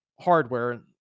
hardware